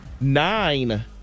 nine